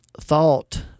thought